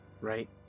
right